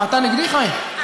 מה, אתה נגדי, חיים?